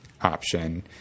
option